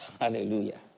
Hallelujah